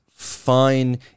fine